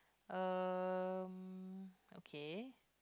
uh okay